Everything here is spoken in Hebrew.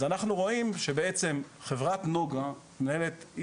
אז, אנחנו רואים שבעצם חברת נגה מתעסקת